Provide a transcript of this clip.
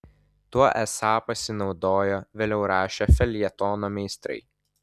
tuo esą pasinaudojo vėliau rašę feljetono meistrai